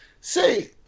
say